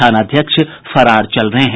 थानाध्यक्ष फरार चल रहे हैं